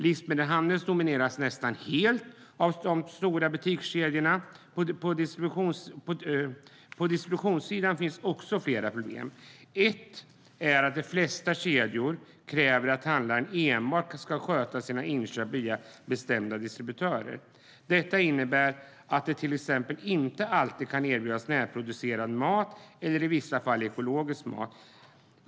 Livsmedelshandeln domineras nästa helt av de stora butikskedjorna. På distributionssidan finns också flera problem. Ett är att de flesta kedjor kräver att handlaren enbart ska sköta sina inköp via bestämda distributörer. Detta innebär att det till exempel inte alltid kan erbjudas närproducerad mat eller i vissa fall ekologisk mat.